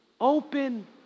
open